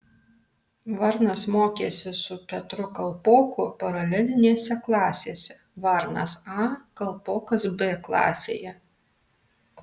varnas mokėsi su petru kalpoku paralelinėse klasėse varnas a kalpokas b klasėje